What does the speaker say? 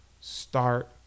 start